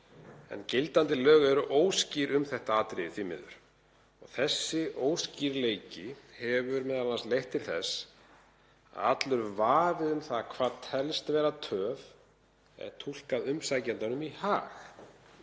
Gildandi lög eru óskýr um þetta atriði, því miður. Þessi óskýrleiki hefur m.a. leitt til þess allur vafi um hvað telst vera töf er túlkað umsækjandanum í hag,